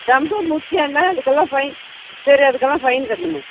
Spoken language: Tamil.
ரெம்ப முக்கியம்தான் அதுக்கெல்லாம் ஃபைன் சரி அதுக்கெல்லாம் ஃபைன் கட்டணுமே